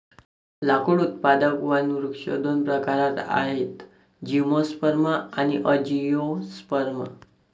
लाकूड उत्पादक वनवृक्ष दोन प्रकारात आहेतः जिम्नोस्पर्म आणि अँजिओस्पर्म